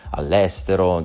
all'estero